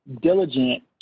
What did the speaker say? diligent